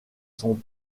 son